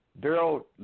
Daryl